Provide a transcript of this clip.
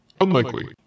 Unlikely